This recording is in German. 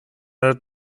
der